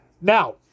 now